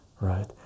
right